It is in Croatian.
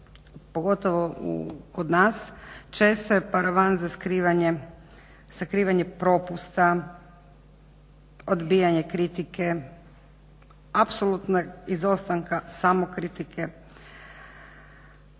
pogotovo kod nas često je paravan za skrivanje, sakrivanje propusta, odbijanje kritike, apsolutnog izostanka samokritike.